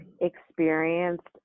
experienced